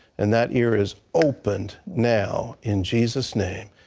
and that ear is opened now in jesus' name.